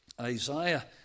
Isaiah